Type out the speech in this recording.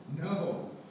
no